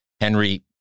Henry